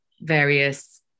various